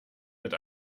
mit